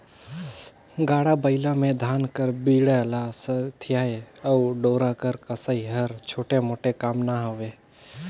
गाड़ा बइला मे धान कर बीड़ा ल सथियई अउ डोरा कर कसई हर छोटे मोटे काम ना हवे